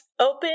open